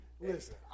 Listen